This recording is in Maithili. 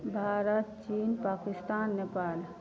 भारत चीन पाकिस्तान नेपाल